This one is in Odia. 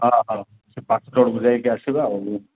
ହଁ ହଁ ସେ ପାଖ ତଳକୁ ଯାଇକି ଆସିବା ଆଉ